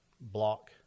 block